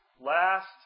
last